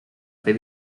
fer